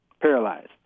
Paralyzed